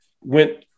went